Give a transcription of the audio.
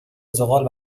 ذغال